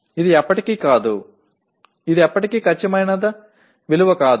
ఇది ఎప్పటికీ కాదు ఇది ఎప్పటికీ ఖచ్చితమైన విలువ కాదు